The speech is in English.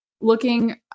looking